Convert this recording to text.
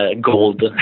gold